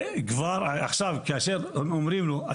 כאשר אומרים לו,